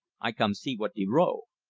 i come see what de row.